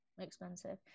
expensive